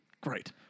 Great